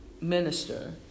minister